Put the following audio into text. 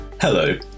Hello